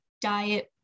diet